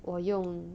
我用